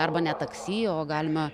arba ne taksi o galima